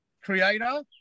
creator